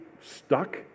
stuck